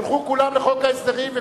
ילכו כולם לחוק ההסדרים,